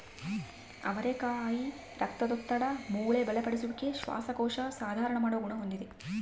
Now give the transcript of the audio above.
ಅವರೆಕಾಯಿ ರಕ್ತದೊತ್ತಡ, ಮೂಳೆ ಬಲಪಡಿಸುವಿಕೆ, ಶ್ವಾಸಕೋಶ ಸುಧಾರಣ ಮಾಡುವ ಗುಣ ಹೊಂದಿದೆ